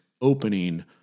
opening